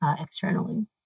externally